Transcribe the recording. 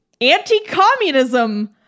anti-communism